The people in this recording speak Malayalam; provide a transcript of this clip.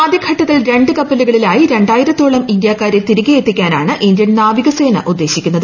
ആദ്യഘട്ടത്തിൽ രണ്ട് കപ്പലുകളിലായി രണ്ടായിരത്തോളം ഇന്ത്യക്കാരെ തിരികെയെത്തിക്കാനാണ് ഇന്ത്യൻ നാവികസേന ഉദ്ദേശിക്കുന്നത്